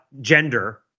gender